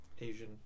Asian